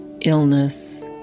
illness